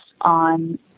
on